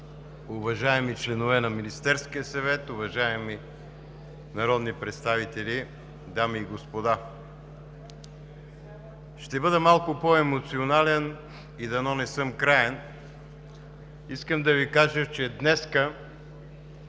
уважаеми членове на Министерския съвет, уважаеми народни представители, дами и господа! Ще бъда малко по-емоционален и дано не съм краен. Искам да Ви кажа, че днес